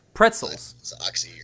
Pretzels